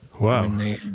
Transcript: Wow